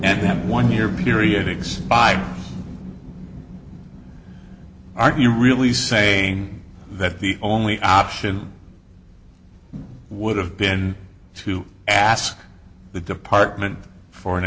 and him one year periods by aren't you really saying that the only option would have been to ask the department for an